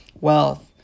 wealth